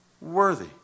worthy